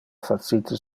facite